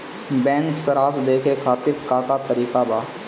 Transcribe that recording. Bank सराश देखे खातिर का का तरीका बा?